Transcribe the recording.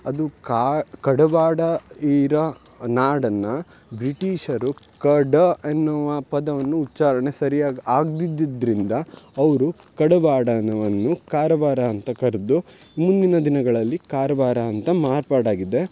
ಅದು ಕಾ ಕಡವಾಡ ಈರ ನಾಡನ್ನು ಬ್ರಿಟೀಷರು ಕಡ ಎನ್ನುವ ಪದವನ್ನು ಉಚ್ಛಾರ್ಣೆ ಸರಿಯಾಗಿ ಆಗ್ದಿದ್ದಿದ್ದರಿಂದ ಅವರು ಕಡವಾಡನವನ್ನು ಕಾರ್ವಾರ ಅಂತ ಕರ್ದು ಮುಂದಿನ ದಿನಗಳಲ್ಲಿ ಕಾರ್ವಾರ ಅಂತ ಮಾರ್ಪಾಡಾಗಿದೆ